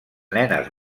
nenes